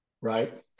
right